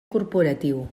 corporatiu